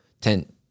ten